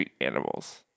animals